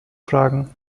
fragen